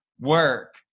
work